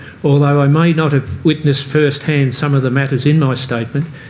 although i may not have witnessed firsthand some of the matters in my statement,